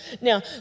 Now